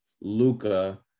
Luca